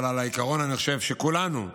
אבל על העיקרון אני חושב שכולנו נסכים,